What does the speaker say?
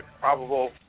probable